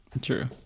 true